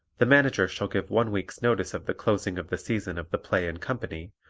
the manager shall give one week's notice of the closing of the season of the play and company,